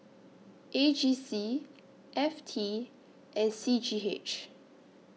A G C F T and C G H